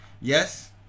yes